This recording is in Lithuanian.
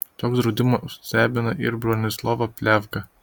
toks draudimas stebina ir bronislovą pliavgą